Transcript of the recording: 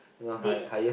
they